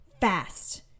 fast